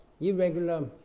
irregular